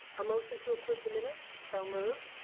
a motion to approve the minutes. so moved.